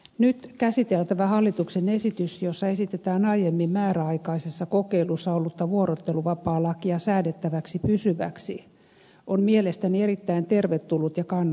nyt käsiteltävä hallituksen esitys jossa esitetään aiemmin määräaikaisessa kokeilussa ollutta vuorotteluvapaalakia säädettäväksi pysyväksi on mielestäni erittäin tervetullut ja kannatettava